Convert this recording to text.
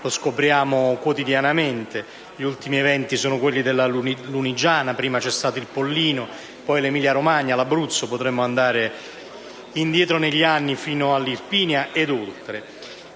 come scopriamo quotidianamente: gli ultimi eventi sono quelli della Lunigiana; prima c'è stato il Pollino, poi l'Emilia-Romagna e l'Abruzzo, e potremmo andare indietro negli anni, fino all'Irpinia ed oltre.